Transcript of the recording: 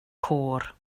côr